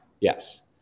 yes